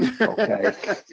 Okay